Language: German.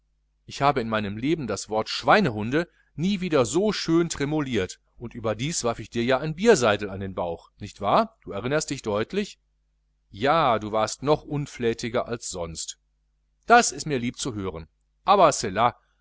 ich habe in meinem leben das wort schweinehunde nie wieder so schön tremoliert und überdies warf ich dir ja ein bierseidel an den bauch nicht wahr du erinnerst dich deutlich ja du warst noch unfläthiger als sonst das ist mir lieb zu hören aber sela